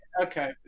Okay